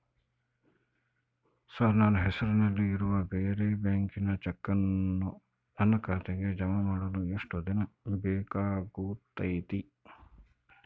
Sir ನನ್ನ ಹೆಸರಲ್ಲಿ ಇರುವ ಬೇರೆ ಬ್ಯಾಂಕಿನ ಚೆಕ್ಕನ್ನು ನನ್ನ ಖಾತೆಗೆ ಜಮಾ ಮಾಡಲು ಎಷ್ಟು ದಿನ ಬೇಕಾಗುತೈತಿ?